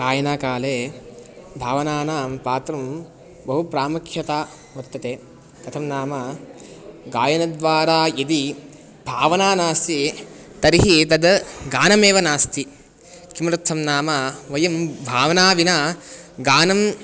गायनकाले भावनानां पात्र बहु प्रामुख्यं वर्तते कथं नाम गायनद्वारा यदि भावना नास्ति तर्हि तद् गानमेव नास्ति किमर्थं नाम वयं भावनया विना गानं